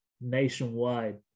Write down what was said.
nationwide